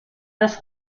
los